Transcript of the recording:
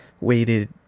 waited